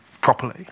properly